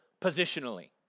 positionally